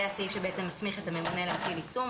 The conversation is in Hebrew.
זה הסעיף שמסמיך את הממונה להטיל עיצום.